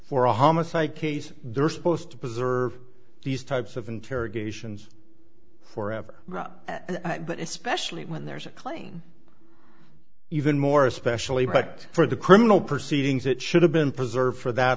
for a homicide case they're supposed to preserve these types of interrogations forever but especially when there's a claim even more especially but for the criminal proceedings it should have been preserved for that